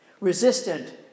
resistant